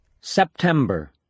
September